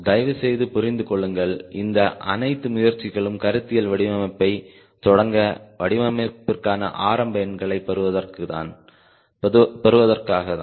தயவுசெய்து புரிந்துகொள்ளுங்கள் இந்த அனைத்து முயற்சிகளும் கருத்தியல் வடிவமைப்பைத் தொடங்க வடிவமைப்பிற்கான ஆரம்ப எண்களைப் பெறுவதற்காகத்தான்